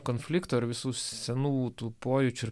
konflikto ir visų senų tų pojūčių ir